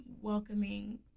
welcoming